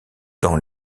dans